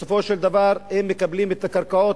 בסופו של דבר הם מקבלים את הקרקעות,